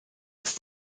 ist